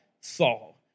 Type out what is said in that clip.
Saul